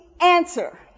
answer